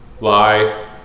Lie